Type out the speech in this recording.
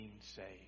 saved